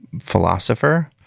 philosopher